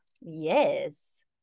yes